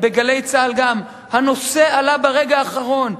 ב"גלי צה"ל" גם: הנושא עלה ברגע האחרון.